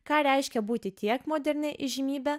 ką reiškia būti tiek modernia įžymybe